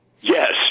Yes